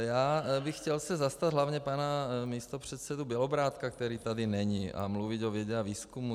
Já bych se chtěl zastat hlavně pana místopředsedy Bělobrádka, který tady není, a mluvit o vědě a výzkumu.